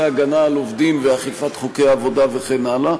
הגנה על עובדים ואכיפת חוקי עבודה וכן הלאה.